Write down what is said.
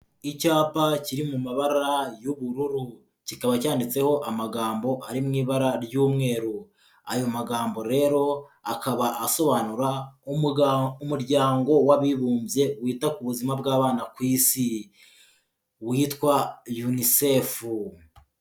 Icyapa kiri mu mabara y'ubururu, kikaba cyanditseho amagambo ari mu ibara ry'umweru, ayo magambo rero akaba asobanura umuga umuryango w'abibumbye wita ku buzima bw'abana ku isi, witwa UNICEF.